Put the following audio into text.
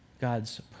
God's